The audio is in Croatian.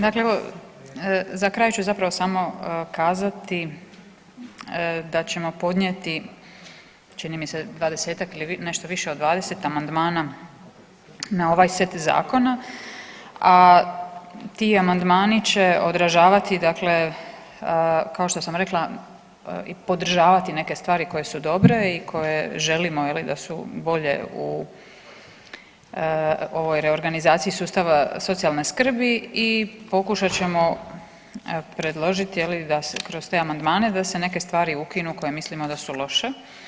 Dakle evo za kraj ću zapravo samo kazati da ćemo podnijeti čini mi se dvadesetak ili nešto više od dvadeset amandmana na ovaj set zakona, a ti amandmani će odražavati dakle kao što sam rekla i podržavati neke stvari koje su dobre i koje želimo da su bolje u ovoj reorganizaciji sustava socijalne skrbi i pokušat ćemo predložiti da se kroz te amandmane da se neke stvari ukinu koje mislimo da su loše.